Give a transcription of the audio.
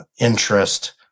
interest